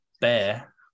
bear